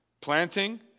planting